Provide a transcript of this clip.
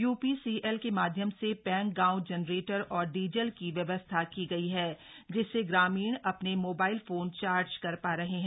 UPCL के माध्यम से पैंग गांव जनरेटर और डीजल की व्यवस्था की गई है जिससे ग्रामीण अपने मोबाइल फोन चार्ज कर पा रहे हैं